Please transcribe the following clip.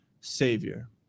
Savior